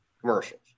commercials